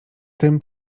tym